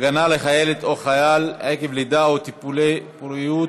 (הגנה לחיילת או חייל עקב לידה או טיפולי פוריות),